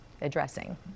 addressing